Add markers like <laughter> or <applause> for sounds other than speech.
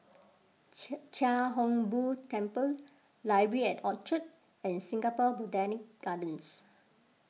<noise> Chia Hung Boo Temple Library at Orchard and Singapore Botanic Gardens